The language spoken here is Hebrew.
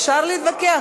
אפשר להתווכח,